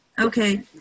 okay